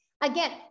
Again